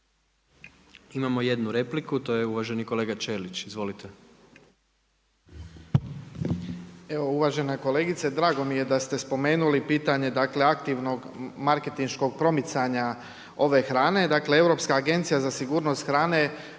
Imamo jednu repliku uvaženi kolega Bačića. Izvolite.